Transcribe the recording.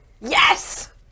Yes